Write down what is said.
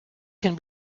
can